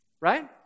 right